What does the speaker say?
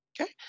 Okay